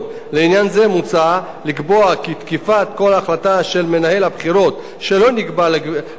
לעניין זה מוצע לקבוע כי תקיפת כל החלטה של מנהל הבחירות שלא נקבע לגביה